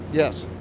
yes